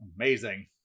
amazing